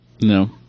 No